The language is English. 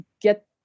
get